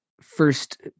first